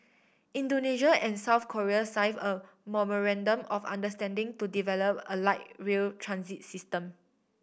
Indonesia and South Korea signed a memorandum of understanding to develop a light rail transit system